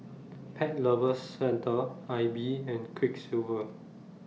Pet Lovers Centre I B and Quiksilver